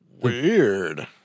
weird